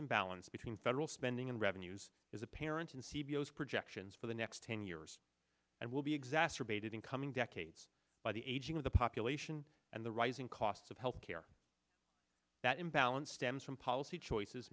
imbalance between federal spending and revenues is apparent in c b o's projections for the next ten years and will be exacerbated in coming decades by the aging of the population and the rising costs of health care that imbalance stems from policy choices